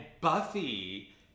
buffy